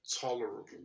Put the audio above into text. tolerable